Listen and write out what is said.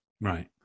Right